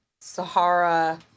Sahara